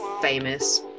famous